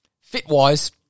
fit-wise